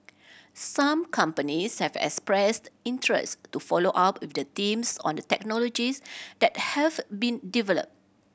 some companies have expressed interest to follow up with the teams on the technologies that have been developed